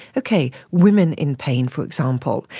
okay, women in pain for example.